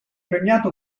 premiato